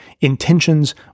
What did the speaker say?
intentions